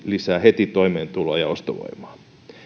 lisää heti kouriintuntuvasti toimeentuloa ja ostovoimaa